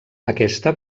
aquesta